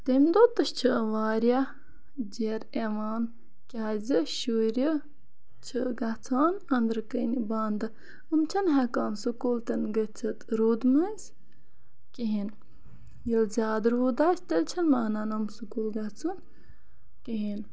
تَمہِ دۄہ تہِ چھُ واریاہ جیٚر یِوان کیازِ شُرۍ چھِ گژھان أندرٕ کَنۍ بَند یِم چھِنہٕ ہٮ۪کان سکوٗل تہِ نہٕ گٔژِتھ روٗد منٛز کِہیٖنۍ ییٚلہِ زیادٕ روٗد آسہِ تیٚلہِ چھِنہٕ مانان یِم سٔکوٗل گژھُن کِہیٖنۍ